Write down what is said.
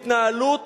התנהלות